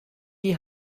die